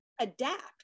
adapt